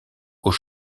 aux